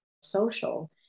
social